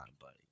buddy